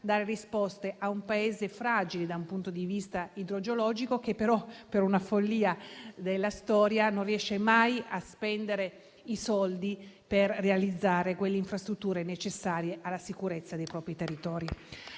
dare risposte ad un Paese fragile da un punto di vista idrogeologico, che però, per una follia della storia, non riesce mai a spendere i soldi per realizzare le infrastrutture necessarie alla sicurezza dei propri territori.